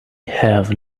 have